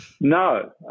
No